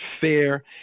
fair